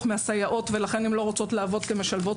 מהסייעות ולכן הן לא רוצות לעבוד כמשלבות,